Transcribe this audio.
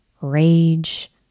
rage